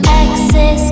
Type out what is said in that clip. exes